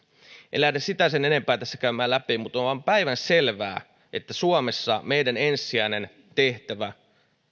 en lähde sen enempää tässä käymään läpi mutta on aivan päivänselvää että suomessa meidän ensisijainen tehtävämme